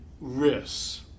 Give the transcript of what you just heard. risks